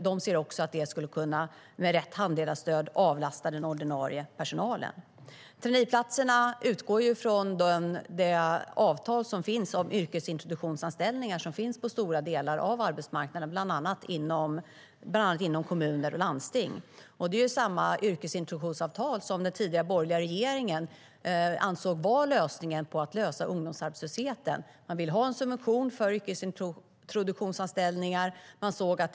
De ser också att traineeplatserna med rätt handledarstöd skulle kunna avlasta den ordinarie personalen. Man ville ha en subvention för yrkesintroduktionsanställningar.